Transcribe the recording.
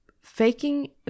faking